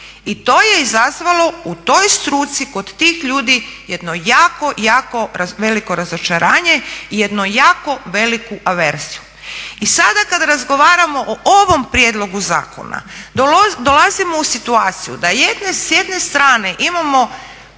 I to je izazvalo u toj struci kod tih ljudi jedno jako, jako veliko razočaranje i jednu jako veliku averziju. I sada kada razgovaramo o ovom prijedlogu zakona dolazimo u situaciju da s jedne strane imamo